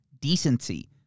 decency